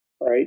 right